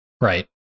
right